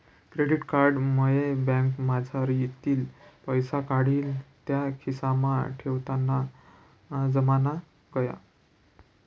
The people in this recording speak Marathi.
क्रेडिट कार्ड मुये बँकमझारतीन पैसा काढीन त्या खिसामा ठेवताना जमाना गया